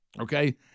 Okay